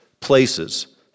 places